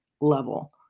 level